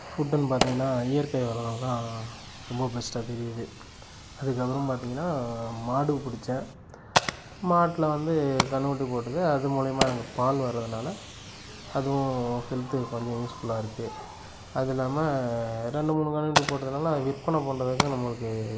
ஃபுட்டுன்னு பார்த்திங்கனா இயற்கையாக வளர்றதான் ரொம்ப பெஸ்ட்டாக தெரியுது அதுக்கப்புறம் பார்த்திங்கனா மாடு பிடிச்சேன் மாட்டில் வந்து கன்னுக்குட்டி போட்டுது அது மூலியமாக எனக்கு பால் வர்றதுனால அதுவும் ஹெல்த்துக்கு கொஞ்சம் யூஸ்ஃபுல்லாக இருக்கு அது இல்லாமல் ரெண்டு மூணு கன்னுக்குட்டி போட்டதுனால விற்பனை பண்ணுறதுக்கு நம்மளுக்கு